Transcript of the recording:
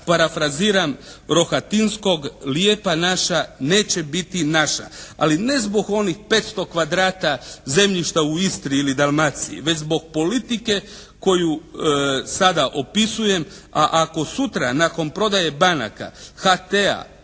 parafraziram Rohatinskog "Lijepa naša" neće biti naša. Ali ne zbog onih 500 kvadrata zemljišta u Istri ili Dalmaciji već zbog politike koju sada opisujem, a ako sutra nakon prodaje banaka, HT-a,